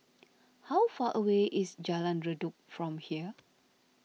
how far away is Jalan Redop from here